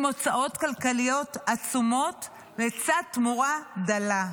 הוצאות כלכליות עצומות לצד תמורה דלה.